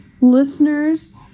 listeners